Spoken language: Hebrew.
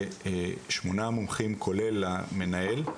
זה שמונה מומחים כולל המנהל,